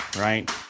Right